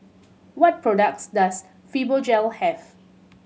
what products does Fibogel have